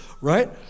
right